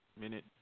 Minute